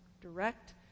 Direct